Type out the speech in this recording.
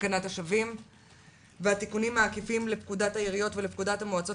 ותקנת השבים והתיקונים העקיפים לפקודת העיריות ולפקודת המועצות